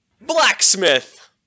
Blacksmith